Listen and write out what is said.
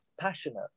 passionate